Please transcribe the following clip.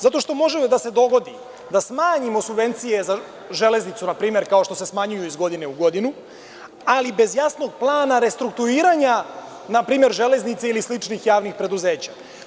Zato što može da se dogodi da smanjimo subvencije za „Železnicu“, kao što se smanjuje iz godine u godinu, nrp., ali bez jasnog plana restrukturiranja „Železnice“ ili sličnih javnih preduzeća.